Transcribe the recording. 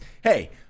Hey